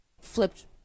flipped